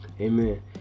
Amen